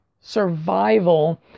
survival